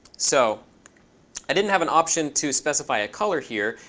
so i didn't have an option to specify a color here.